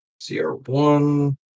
CR1